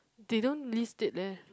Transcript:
they don't list it leh